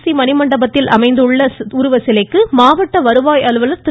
C மணிமண்டபத்தில் அமைந்துள்ள அவரது உருவச்சிலைக்கு மாவட்ட வருவாய் அலுவலர் திரு